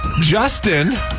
Justin